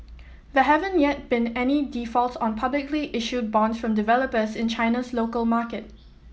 there haven't yet been any defaults on publicly issued bonds from developers in China's local market